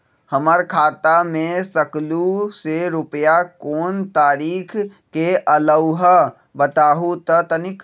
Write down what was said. हमर खाता में सकलू से रूपया कोन तारीक के अलऊह बताहु त तनिक?